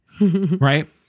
Right